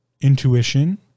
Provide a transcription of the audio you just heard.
intuition